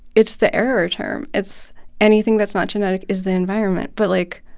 it's the error term. it's anything that's not genetic is the environment. but, like,